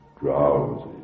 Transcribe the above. Drowsy